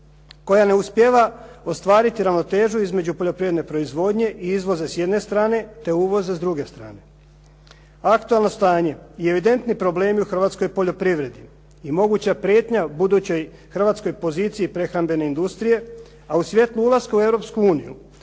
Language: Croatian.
koja ne uspijeva ostvariti ravnotežu između poljoprivredne proizvodnje i izvoza s jedne strane, te uvoza s druge strane. Aktualno stanje i evidentni problemi u hrvatskoj poljoprivredi i moguća prijetnja budućoj hrvatskoj poziciji prehrambene industrije, a u svjetlu ulaska u Europsku uniju